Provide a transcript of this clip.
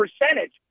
percentage